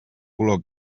color